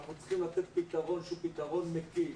ואנחנו צריכים לתת פתרון שהוא פתרון מקיף.